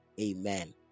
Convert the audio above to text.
Amen